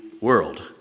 world